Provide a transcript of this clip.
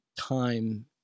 time